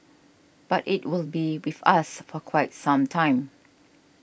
but it will be with us for quite some time